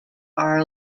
are